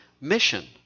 mission